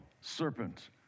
serpent